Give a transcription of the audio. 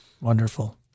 Wonderful